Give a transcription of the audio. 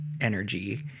energy